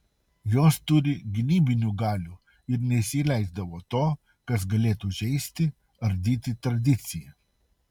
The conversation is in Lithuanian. jos turi gynybinių galių ir neįsileisdavo to kas galėtų žeisti ardyti tradiciją